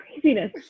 craziness